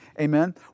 Amen